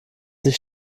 sich